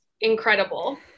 incredible